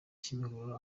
kimihurura